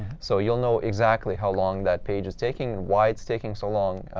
so you'll know exactly how long that page is taking, and why it's taking so long,